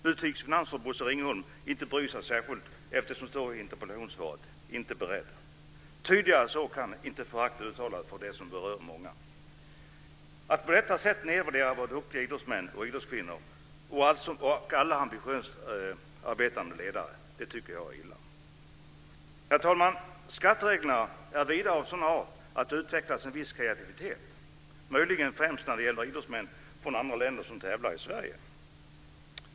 Nu tycks finansminister Bosse Ringholm inte bry sig särskilt eftersom han i sitt interpellationssvar sade att han inte är beredd. Tydligare än så kan inte förakt uttalas för det som berör många. Det är illa att på detta sätt nedvärdera våra duktiga idrottsmän och idrottskvinnor och alla ambitiöst arbetande ledare. Herr talman! Skattereglerna är vidare av sådan art att det utvecklas en viss kreativitet, möjligen främst för alla idrottsmän från andra länder som tävlar i Sverige.